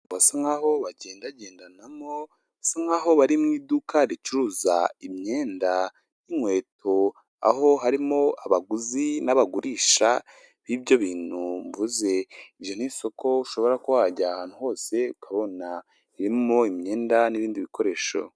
Basasa nk'aho bagenda gendanamo ,basa nk'aho bari mu iduka ricuruza imyenda, inkweto aho harimo abaguzi n'abagurisha b'ibyo bintu mvuze, iryo ni isoko ushobora kuba wajya ahantu hose ukabona harimo imyenda n'ibindi bikoresho.